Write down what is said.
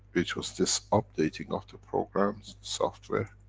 which was this updating of the programs software,